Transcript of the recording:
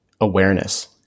awareness